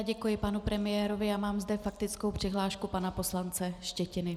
Děkuji panu premiérovi a mám zde faktickou přihlášku pana poslance Štětiny.